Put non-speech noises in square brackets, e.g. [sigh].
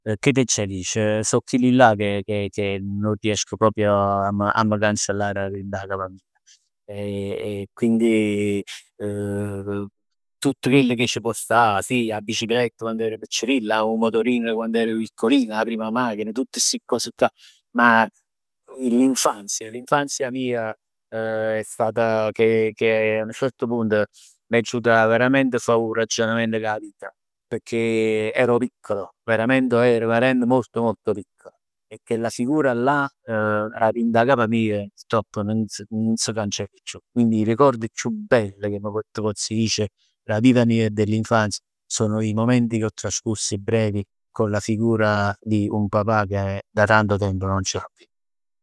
Che t'aggia dicere, so chellellà che che che nun riesco proprj 'a m' cancellà dà 'int'a capa meja. E e quindi [hesitation] tutt chell cà c' pò stà, sì, 'a bicicletta quann 'er piccirill, 'o motorino quando ero piccolino, 'a primma machin, tutt sti cos cà, ma [hesitation] l'infanzia, l'infanzia mia [hesitation] è stata che che 'a nu cert punt m'aggio avut veramente fà 'o ragionamento cu 'a vita. Pecchè [hesitation] ero piccolo, veramente, 'o ver ero molto molto piccolo e chella figura là, da dint 'a capa mia purtroppo nun s' nun s' cancella chiù. Quindi i ricordi chiù belli che t' pozz dicere d' 'a vita mia e dell'infanzia sono i momenti che ho trascorso, brevi con la figura di un papà che da tanto tempo non ce l'ho più.